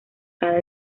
cada